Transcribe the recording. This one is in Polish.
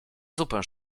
zupę